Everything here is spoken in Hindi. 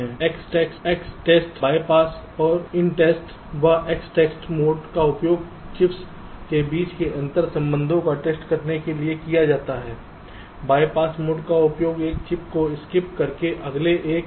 EXTEST BYPASS और INTEST अब EXTEST मोड का उपयोग चिप्स के बीच के अंतर्संबंधों का टेस्ट करने के लिए किया जाता है BYPASS मोड का उपयोग एक चिप को स्किप करके अगले एक पर जाने के लिए किया जाता है